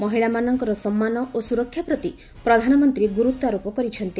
ମହିଳାମାନଙ୍କର ସମ୍ମାନ ଓ ସୁରକ୍ଷା ପ୍ରତି ପ୍ରଧାନମନ୍ତ୍ରୀ ଗୁରୁତ୍ୱାରୋପ କରିଛନ୍ତି